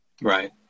Right